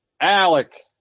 Alec